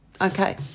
Okay